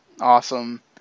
awesome